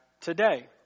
today